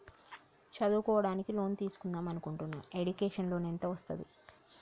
చదువుకోవడానికి లోన్ తీస్కుందాం అనుకుంటున్నా ఎడ్యుకేషన్ లోన్ ఎంత వస్తది?